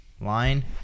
line